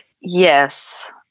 yes